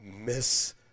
miss